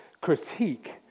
critique